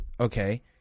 okay